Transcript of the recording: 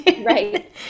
Right